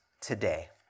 today